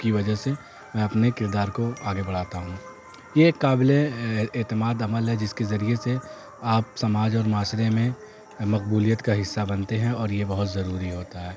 کی وجہ سے میں اپنے کردار کو آگے بڑھاتا ہوں یہ ایک قابل اعتماد عمل ہے جس کے ذریعے سے آپ سماج اور معاشرے میں مقبولیت کا حصہ بنتے ہیں اور یہ بہت ضروری ہوتا ہے